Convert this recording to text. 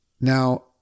Now